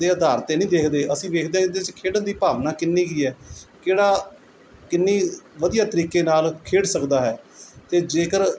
ਦੇ ਆਧਾਰ 'ਤੇ ਨਹੀਂ ਦੇਖਦੇ ਅਸੀਂ ਵੇਖਦੇ ਇਹਦੇ 'ਚ ਖੇਡਣ ਦੀ ਭਾਵਨਾ ਕਿੰਨੀ ਕੁ ਹੈ ਕਿਹੜਾ ਕਿੰਨੀ ਵਧੀਆ ਤਰੀਕੇ ਨਾਲ਼ ਖੇਡ ਸਕਦਾ ਹੈ ਅਤੇ ਜੇਕਰ